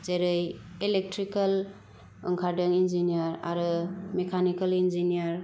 जेरै इलेक्ट्रिकेल ओंखारदों इन्जिनियार आरो मेकानिकेल इन्जिनियार